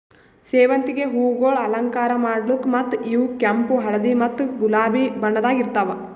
ಸೇವಂತಿಗೆ ಹೂವುಗೊಳ್ ಅಲಂಕಾರ ಮಾಡ್ಲುಕ್ ಮತ್ತ ಇವು ಕೆಂಪು, ಹಳದಿ ಮತ್ತ ಗುಲಾಬಿ ಬಣ್ಣದಾಗ್ ಇರ್ತಾವ್